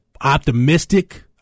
optimistic